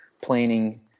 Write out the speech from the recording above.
planning